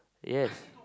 yes